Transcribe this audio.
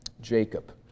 Jacob